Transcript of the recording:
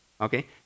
Okay